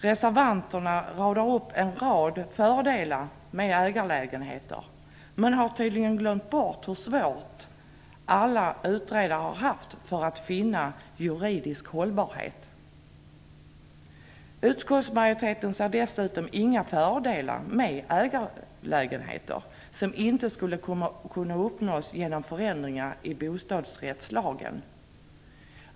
Reservanterna radar upp en rad fördelar med ägarlägenheter men har tydligen glömt hur svårt alla utredare har haft att finna någon juridisk hållbarhet. Utskottsmajoriteten ser dessutom inga fördelar med ägarlägenheter som inte skulle kunna uppnås genom förändringar i bostadsrättslagen.